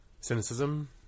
cynicism